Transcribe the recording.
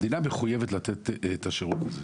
המדינה מחויבת לתת את השירות הזה.